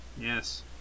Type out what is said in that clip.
yes